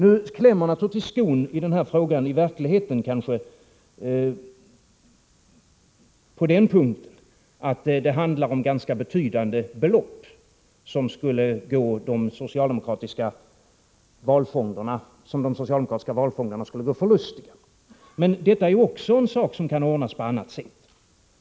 I verkligheten klämmer naturligtvis skon på den punkten att de socialdemokratiska valfonderna skulle förlora ganska betydande belopp. Men detta är också en sak som kan ordnas på annat sätt.